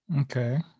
okay